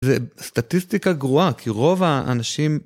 זה סטטיסטיקה גרועה, כי רוב האנשים...